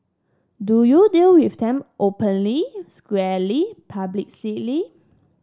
do you deal with them openly squarely publicly